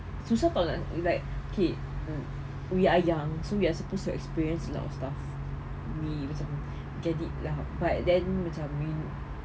susah kalau nak like okay mm we are young so we are supposed to experience a lot of stuff we macam get it lah but then macam we